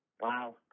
Wow